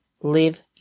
Live